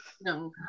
no